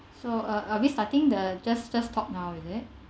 so uh are we starting the just just talk now is it